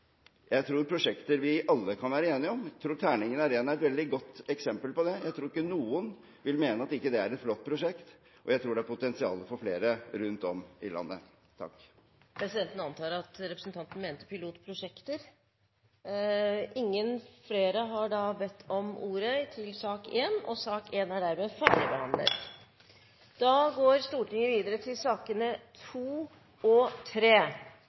alle kan være enige om. Jeg tror Terningen Arena er et veldig godt eksempel på det. Jeg tror ikke noen vil mene at ikke det er et flott prosjekt, og jeg tror det er potensiale for flere rundt om i landet. Presidenten antar at representanten mente pilotprosjekter. Flere har ikke bedt om ordet til sak nr. 1. Etter ønske fra utenriks- og forsvarskomiteen vil presidenten foreslå at sakene nr. 2 og